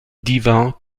divin